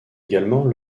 également